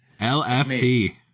LFT